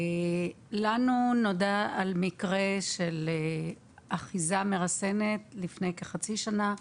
לנו נודע על מקרה של אחיזה מרסנת לפני כחצי שנה.